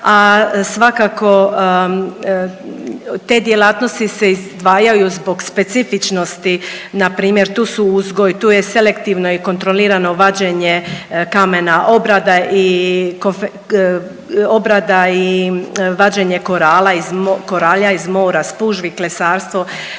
a svakako te djelatnosti se izdvajaju zbog specifičnosti npr. tu su uzgoj, tu je selektivno i kontrolirano vađenje kamena, obrada i, obrada i vađenje korala iz, koralja iz mora, spužvi, klesarstvo,